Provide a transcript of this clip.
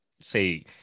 say